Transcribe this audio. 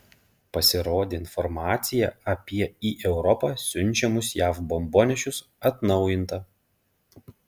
pasirodė informacija apie į europą siunčiamus jav bombonešius atnaujinta